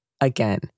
Again